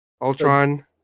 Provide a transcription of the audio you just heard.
Ultron